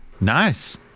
nice